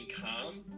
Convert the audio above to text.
calm